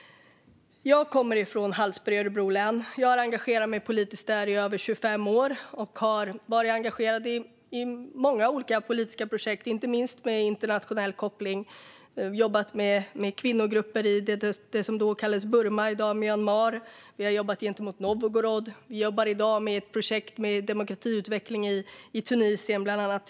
Jag kommer från Hallsberg i Örebro län, och jag har engagerat mig politiskt där i över 25 år. Jag har varit engagerad i många olika politiska projekt, inte minst med internationell koppling; jag har jobbat med kvinnogrupper i det som då kallades Burma, i dag Myanmar, och jag har jobbat gentemot Novgorod. Jag jobbar i dag med ett projekt med demokratiutveckling i Tunisien, bland annat.